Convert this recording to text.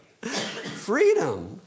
Freedom